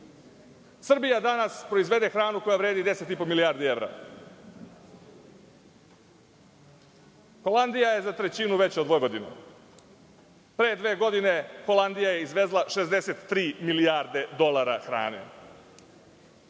ljudi. Srbija danas proizvede hranu koja vredi 10,5 milijardi evra. Holandija je za trećinu veća od Vojvodine. Pre dve godine Holandija je izvezla 63 milijarde dolara hrane,